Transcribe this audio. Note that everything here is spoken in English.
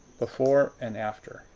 before and after.